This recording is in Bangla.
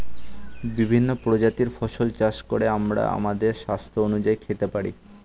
বিভিন্ন প্রজাতির ফসল চাষ করে আমরা আমাদের স্বাস্থ্য অনুযায়ী খেতে পারি